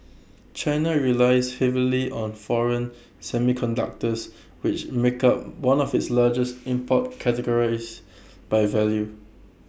China relies heavily on foreign semiconductors which make up one of its largest import categories by value